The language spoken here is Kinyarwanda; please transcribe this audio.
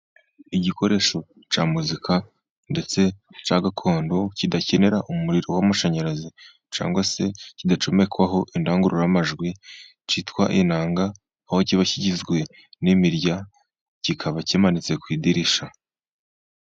Igikoresho cya muzika ndetse cya gakondo kidakenera umuriro w'amashanyarazi, cyangwa se kidacomekwaho indangururamajwi, cyitwa inanga, aho kiba kigizwe n'imirya, kikaba kimanitse ku idirishya.